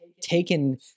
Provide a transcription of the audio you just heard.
taken